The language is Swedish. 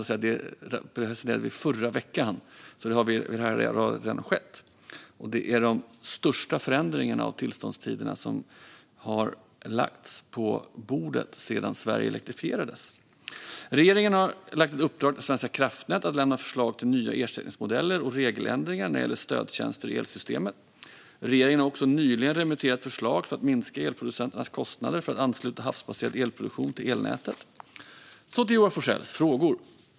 Det är de största förändringarna av tillståndstider som har lagts på bordet sedan Sverige elektrifierades. Regeringen har lagt ett uppdrag till Svenska kraftnät att lämna förslag till nya ersättningsmodeller och regeländringar när det gäller stödtjänster i elsystemet. Regeringen har också nyligen remitterat förslag för att minska elproducenternas kostnader för att ansluta havsbaserad elproduktion till elnätet. Så till Joar Forssells frågor.